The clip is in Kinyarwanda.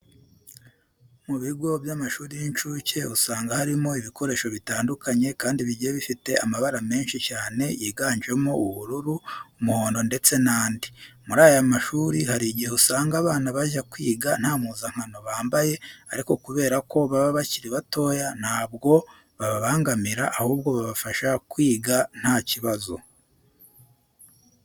Mu bigo by'amashuri y'inshuke usanga harimo ibikoresho bitandukanye kandi bigiye bifite amabara menshi cyane yiganjemo ubururu, umuhondo ndetse n'andi. Muri aya mashuri hari igihe usanga abana bajya kwiga nta mpuzankano bambaye ariko kubera ko baba bakiri batoya ntabwo bababangamira ahubwo babafasha kwiga nta kibazo.